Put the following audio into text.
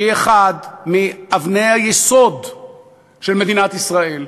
שהיא אחת מאבני היסוד של מדינת ישראל,